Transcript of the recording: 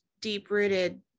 deep-rooted